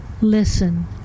Listen